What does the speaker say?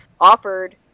offered